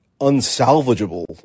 unsalvageable